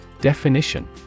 Definition